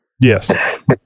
Yes